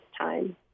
time